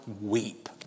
weep